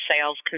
sales